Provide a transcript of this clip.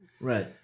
Right